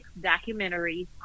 documentary